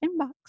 inbox